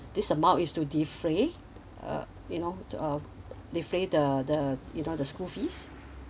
this amount is to defray uh you know uh defray the the you know the school fees